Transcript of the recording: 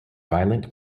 violent